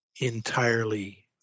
entirely